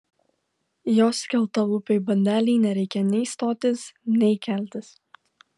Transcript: jos skeltalūpei bandelei nereikia nei stotis nei keltis